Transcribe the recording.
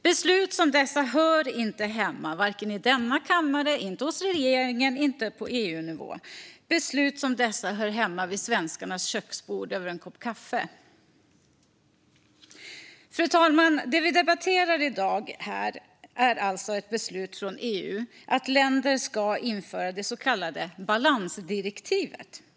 Beslut som dessa hör inte hemma i denna kammare, hos regeringen eller på EU-nivå. Beslut som dessa hör hemma vid svenskarnas köksbord över en kopp kaffe. Fru talman! Det vi debatterar här i dag är alltså ett beslut från EU om att länder ska införa det så kallade balansdirektivet.